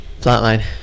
flatline